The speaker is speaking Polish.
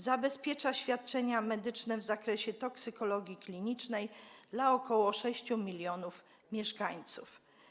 Zabezpiecza świadczenia medyczne w zakresie toksykologii klinicznej dla ok. 6 mln mieszkańców.